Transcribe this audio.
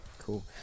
Cool